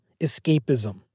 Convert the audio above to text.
escapism